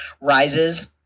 rises